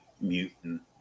mutant